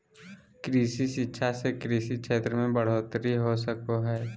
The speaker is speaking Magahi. कृषि शिक्षा से कृषि क्षेत्र मे बढ़ोतरी हो सको हय